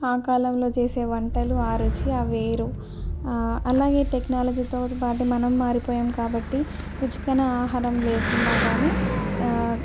ఆ కాలంలో చేసే వంటలు ఆ రుచి ఆ వేరు అలాగే టెక్నాలజీతో పాటే మనం మారిపోయాం కాబట్టి రుచికరమైన ఆహారం లేకున్నా కానీ